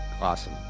Awesome